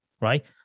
right